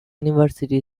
university